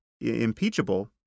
impeachable